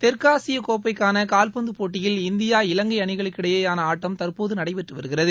தெற்காசியக்கோப்பைக்கான காவ்பந்து போட்டியில் இந்தியா இலங்கை அணிகளுக்கிடையேயான ஆட்டம் தற்போது நடைபெற்று வருகிறது